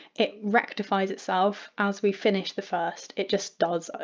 it rectifies itself as we finish the first, it just does,